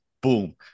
Boom